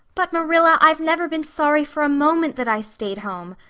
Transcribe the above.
but marilla, i've never been sorry for a moment that i stayed home.